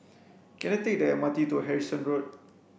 can I take the M R T to Harrison Road